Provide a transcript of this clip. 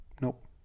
nope